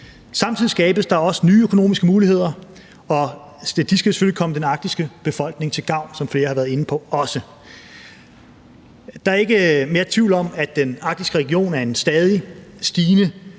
Samtidig skabes der også nye økonomiske muligheder, og de skal jo selvfølgelig komme den arktiske befolkning til gavn, som flere har været inde på også. Der er ikke mere tvivl om, at den arktiske region er af stadig stigende